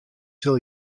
sil